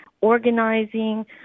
organizing